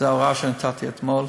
זו ההוראה שנתתי אתמול,